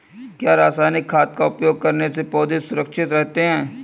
क्या रसायनिक खाद का उपयोग करने से पौधे सुरक्षित रहते हैं?